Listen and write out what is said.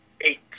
eight